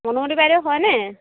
মনোমতী বাইদেউ হয়নে